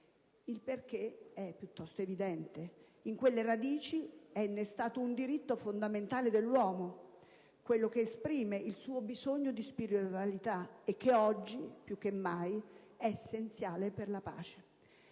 La ragione è piuttosto evidente, dal momento che su quelle radici si innesta un diritto fondamentale dell'uomo, quello che esprime il suo bisogno di spiritualità e che oggi, più che mai, è essenziale per la pace.